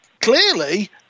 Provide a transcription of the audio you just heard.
clearly